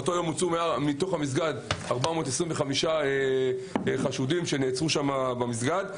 באותו יום הוצאו מהמסגד 425 חשודים שנעצרו במסגד.